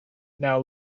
now